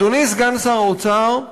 אדוני סגן שר האוצר,